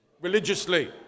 religiously